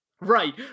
Right